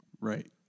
Right